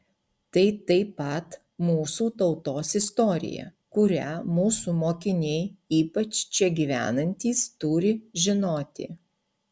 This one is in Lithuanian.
tai taip pat mūsų tautos istorija kurią mūsų mokiniai ypač čia gyvenantys turi žinoti